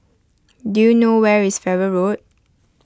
do you know where is Farrer Road